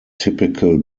typical